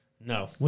No